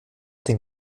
den